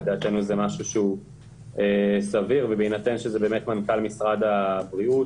לדעתנו זה משהו שהוא סביר ובהינתן שזה באמת מנכ"ל משרד הבריאות